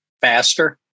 faster